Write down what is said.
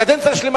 קדנציה שלמה,